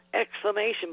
Exclamation